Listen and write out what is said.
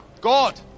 god